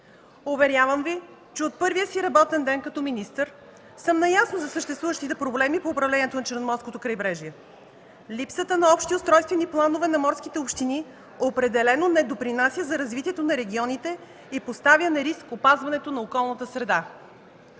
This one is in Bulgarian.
Уверявам Ви, че от първия си работен ден като министър съм наясно за съществуващите проблеми по управлението на Черноморското крайбрежие. Липсата на общи устройствени планове на морските общини определено не допринася за развитието на регионите и поставя на риск опазването на околната среда.